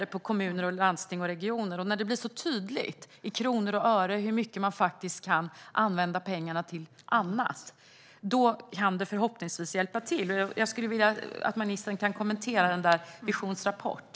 Det kan förhoppningsvis hjälpa när det blir så tydligt i kronor och ören hur mycket pengarna kan användas till annat. Jag skulle vilja att ministern kommenterar Visions rapport.